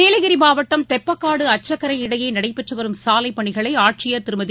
நீலகிரிமாவட்டம் தெப்பக்காடு அச்சக்கரை இடையேநடைபெற்றுவரும் சாலைப்பணிகளைஆட்சியர் திருமதி